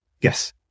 Yes